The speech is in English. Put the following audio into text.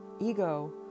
ego